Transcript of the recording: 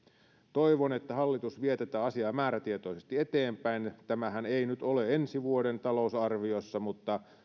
toivon että hallitus vie tätä asiaa määrätietoisesti eteenpäin tämähän ei nyt ole ensi vuoden talousarviossa mutta